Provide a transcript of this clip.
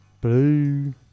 blue